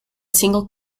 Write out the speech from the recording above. single